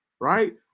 right